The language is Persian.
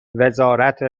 وزارت